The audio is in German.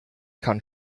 kann